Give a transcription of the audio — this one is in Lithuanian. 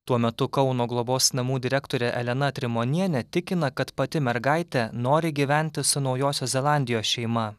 tuo metu kauno globos namų direktorė elena trimonienė tikina kad pati mergaitė nori gyventi su naujosios zelandijos šeima